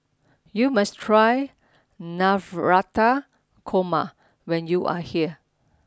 you must try Navratan Korma when you are here